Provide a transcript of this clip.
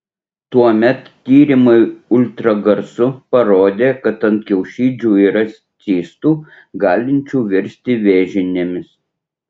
tuomet tyrimai ultragarsu parodė kad ant kiaušidžių yra cistų galinčių virsti vėžinėmis